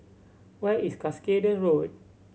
where is Cuscaden Road